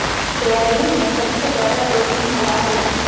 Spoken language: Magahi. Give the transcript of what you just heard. सोयाबीन में सबसे ज़्यादा प्रोटीन होबा हइ